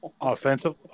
Offensive –